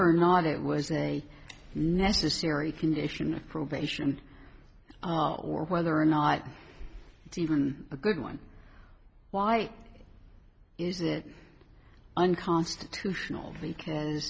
or not it was a necessary condition of probation or whether or not it's even a good one why is it unconstitutional because